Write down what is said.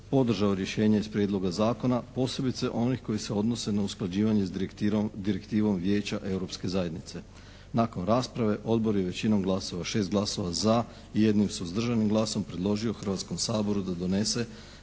podržao rješenje iz Prijedloga zakona posebice onih koji se odnose na usklađivanje s direktivom Vijeća Europske zajednice. Nakon rasprave Odbor je većinom glasova, 6 glasova za i jednim suzdržanim glasom predložio Hrvatskom saboru da donese